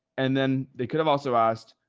and then they could have also asked,